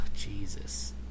Jesus